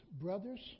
brothers